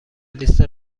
لیست